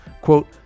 Quote